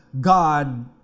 God